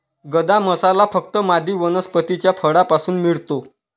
गदा मसाला फक्त मादी वनस्पतीच्या फळापासून मिळतो